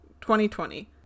2020